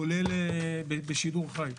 כולל בשידור חי.